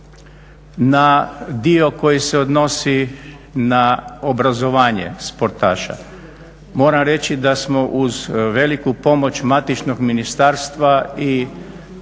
na dio koji se odnosi na obrazovanje sportaša. Moram reći da smo uz veliku pomoć matičnog ministarstva i